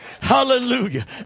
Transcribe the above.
Hallelujah